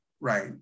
right